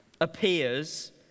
appears